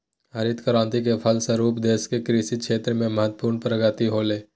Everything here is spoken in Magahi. हरित क्रान्ति के फलस्वरूप देश के कृषि क्षेत्र में महत्वपूर्ण प्रगति होलय